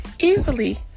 easily